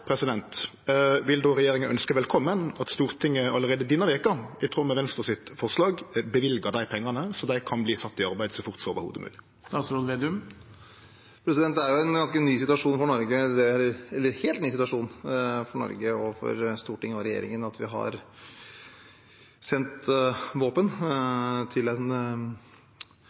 Vil regjeringa ønskje velkommen at Stortinget allereie denne veka, i tråd med Venstres forslag, løyver dei pengane, så dei kan verte sette i arbeid så fort som i det heile er mogleg? Det er en helt ny situasjon for Norge og for Stortinget og regjeringen at vi har sendt våpen til